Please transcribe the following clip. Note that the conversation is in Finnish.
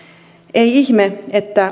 ei ihme että